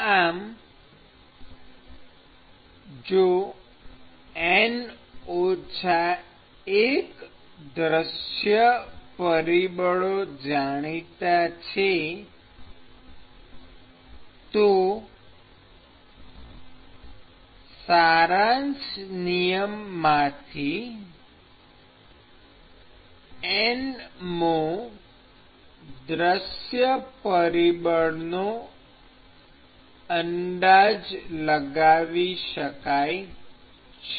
આમ જો N 1 દૃશ્ય પરિબળો જાણીતા છે તો સારાંશ નિયમમાંથી Nth દ્રશ્ય પરિબળનો અંદાજ લગાવી શકાય છે